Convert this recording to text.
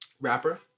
rapper